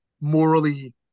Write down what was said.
morally